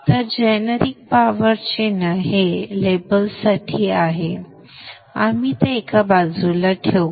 तर generic power चिन्ह हे लेबल्ससाठी आहे आम्ही ते एका बाजूला ठेवू